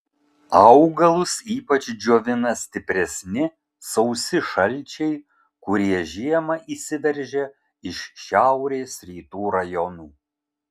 augalus ypač džiovina stipresni sausi šalčiai kurie žiemą įsiveržia iš šiaurės rytų rajonų